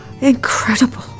incredible